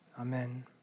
Amen